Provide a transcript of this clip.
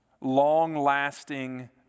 long-lasting